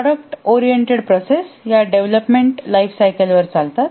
product oriented process या development lifecycle वर चालतात